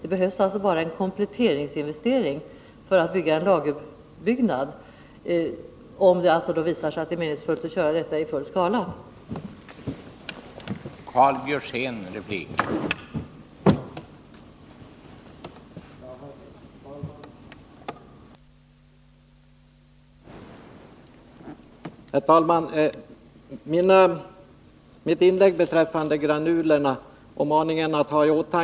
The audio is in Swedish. Det behövs som sagt bara en kompletteringsinvestering för uppförande av en lagerbyggnad; detta under förutsättning att det visar sig vara meningsfullt att bedriva denna verksamhet i full skala.